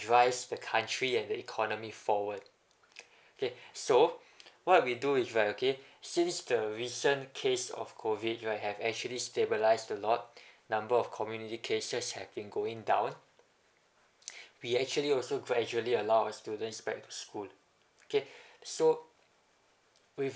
drives the country and the economy forward okay so what we do is right okay since the recent case of COVID right have actually stabilised a lot number of community cases have been going down we actually also gradually allow the students back to school okay so with